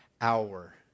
hour